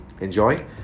Enjoy